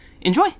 Enjoy